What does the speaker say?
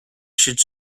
should